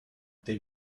they